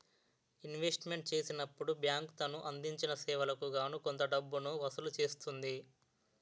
investment చేసినప్పుడు bank తను అందించిన సేవలకు గాను కొంత డబ్బును వసూలు చేస్తుంది